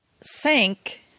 sank